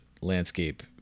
landscape